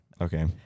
Okay